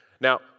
Now